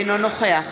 אינו נוכח